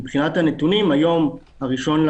מבחינת הנתונים, היום, 1 באפריל,